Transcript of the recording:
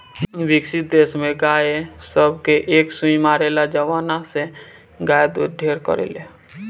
विकसित देश में गाय सब के एक सुई मारेला जवना से गाय दूध ढेर करले